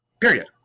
period